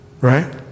right